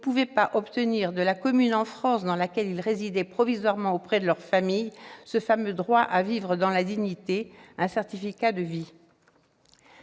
ne pouvaient pas obtenir de la commune dans laquelle ils résidaient provisoirement auprès de leur famille ce fameux « droit à vivre dans la dignité » qu'est le certificat de vie.